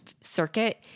circuit